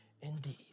indeed